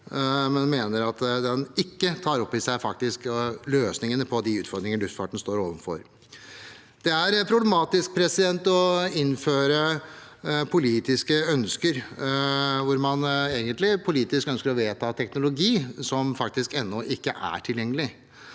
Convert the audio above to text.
jeg mener den ikke tar opp i seg løsningene på de utfordringene luftfarten står overfor. Det er problematisk å innføre politiske ønsker. Man ønsker egentlig politisk å vedta en teknologi som faktisk ennå ikke er tilgjengelig.